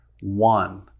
one